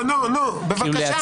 בבקשה.